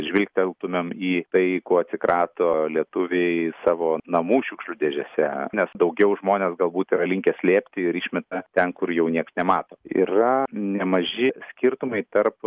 žvilgteltumėm į tai ko atsikrato lietuviai savo namų šiukšlių dėžėse nes daugiau žmonės galbūt yra linkę slėpti ir išmeta ten kur jau nieks nemato yra nemaži skirtumai tarp